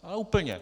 Ale úplně.